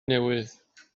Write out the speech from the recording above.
newydd